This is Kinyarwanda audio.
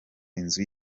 inzu